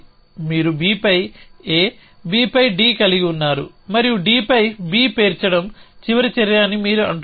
మీరు Bపై A Bపై D కలిగి ఉన్నారు మరియు D పై B పేర్చడం చివరి చర్య అని మీరు అంటున్నారు